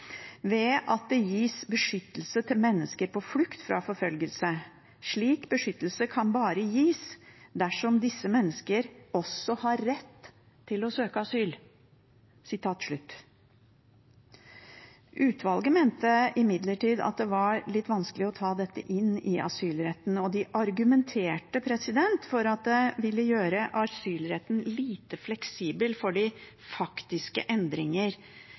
ved at det gis beskyttelse til mennesker på flukt fra forfølgelse. Slik beskyttelse kan bare gis dersom disse menneskene også har en rett til å søke asyl.» Utvalget mente imidlertid at det var litt vanskelig å ta inn asylretten, og de argumenterte for at det ville gjøre asylretten lite fleksibel for de faktiske endringer